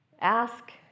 Ask